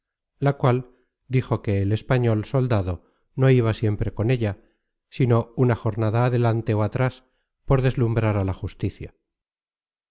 la cual dijo que el español soldado no iba siempre con ella sino una jornada adelante ó atras por deslumbrar á la justicia